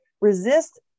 resist